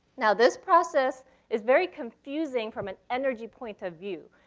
now this process is very confusing from an energy point of view.